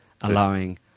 allowing